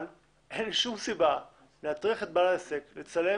אבל אין שום סיבה להטריח את בעל העסק לצלם